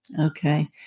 okay